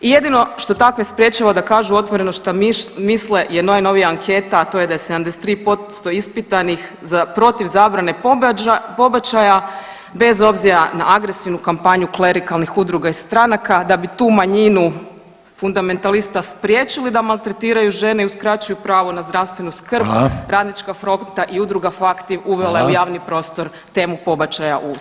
I jedino što takve sprječava da kažu otvoreno što misle je najnovija anketa, a to je da je 73% ispitanih protiv zabrane pobačaja bez obzira na agresivnu kampanju klerikalnih udruga i stranaka, da bi tu manjinu fundamentalista spriječili da maltretiraju žene i uskraćuju pravo na zdravstvenu skrb [[Upadica Reiner: Hvala.]] Radnička fronta i Udruga Fakti uvela je u javni prostor temu pobačaja u Ustav.